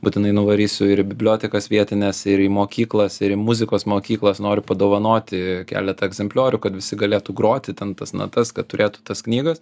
būtinai nuvarysiu ir į bibliotekas vietines ir į mokyklas ir į muzikos mokyklas noriu padovanoti keletą egzempliorių kad visi galėtų groti ten tas natas kad turėtų tas knygas